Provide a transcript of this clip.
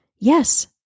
Yes